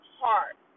heart